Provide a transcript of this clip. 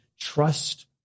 trust